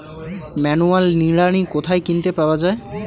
Manual নিড়ানি কোথায় কিনতে পাওয়া যায়?